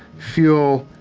fuel,